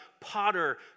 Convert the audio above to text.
potter